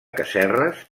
casserres